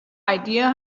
idea